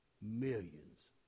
millions